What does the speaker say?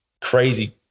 Crazy